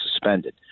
suspended